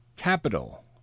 capital